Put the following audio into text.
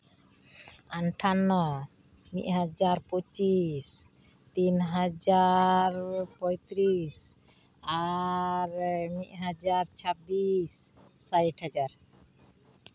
ᱟᱴᱷᱟᱱᱱᱚ ᱢᱤᱫᱦᱟᱡᱟᱨ ᱯᱚᱸᱪᱤᱥ ᱛᱤᱱᱦᱟᱡᱟᱨ ᱯᱚᱸᱭᱛᱨᱤᱥ ᱟᱨ ᱢᱤᱫ ᱦᱟᱡᱟᱨ ᱪᱷᱟᱵᱵᱤᱥ ᱥᱟᱭᱤᱴ ᱦᱟᱡᱟᱨ